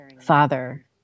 father